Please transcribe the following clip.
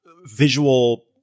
visual